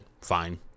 fine